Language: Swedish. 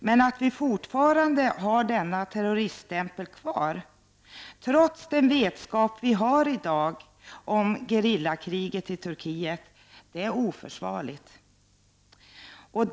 Men att vi fortfarande har denna terroriststämpel kvar trots den vetskap som vi i dag har om gerillakriget i Turkiet, är oförsvarligt.